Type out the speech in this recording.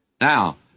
Now